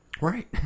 Right